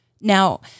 Now